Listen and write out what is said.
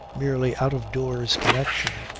merely out of doors, connection.